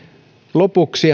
lopuksi